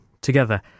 together